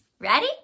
Ready